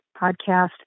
podcast